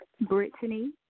Brittany